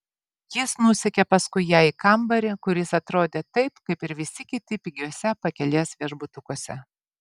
jis nusekė paskui ją į kambarį kuris atrodė taip kaip ir visi kiti pigiuose pakelės viešbutukuose